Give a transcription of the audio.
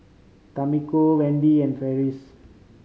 Tamiko Wendy and Farris